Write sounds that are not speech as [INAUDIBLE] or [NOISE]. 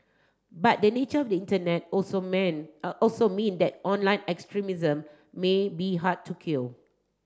but the nature of the Internet also mean [HESITATION] also mean that online extremism may be hard to kill